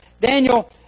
Daniel